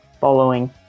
following